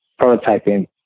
prototyping